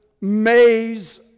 maze